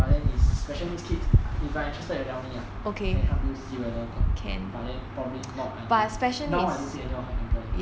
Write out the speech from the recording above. but then is special needs kids if you are interested you tell me lah then I help you see whether got but then probably not I think now I don't think any of her employing